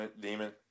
demon